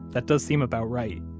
that does seem about right.